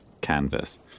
canvas